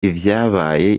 ivyabaye